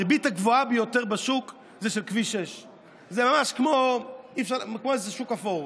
הריבית הגבוהה ביותר בשוק זה של כביש 6. זה ממש כמו איזה שוק אפור.